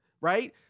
right